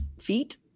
feet